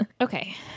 Okay